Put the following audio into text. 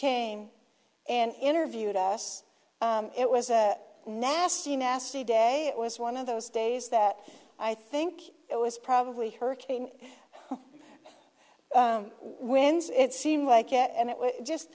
came and interviewed us it was a nasty nasty day it was one of those days that i think it was probably hurricane whens it seemed like it and it